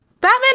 Batman